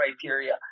criteria